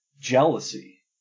jealousy